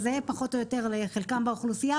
זהה פחות או יותר לחלקם באוכלוסייה.